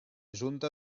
junta